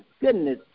goodness